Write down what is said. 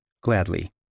Gladly